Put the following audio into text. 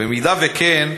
אם כן,